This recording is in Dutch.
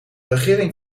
regering